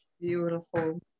Beautiful